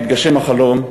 / יתגשם החלום,